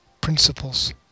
Principles